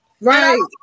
Right